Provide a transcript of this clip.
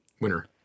winner